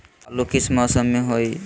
आलू किस मौसम में होई?